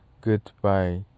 goodbye